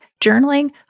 journaling